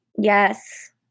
Yes